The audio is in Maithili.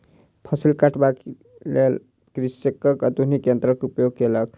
फसिल कटबाक लेल कृषक आधुनिक यन्त्रक उपयोग केलक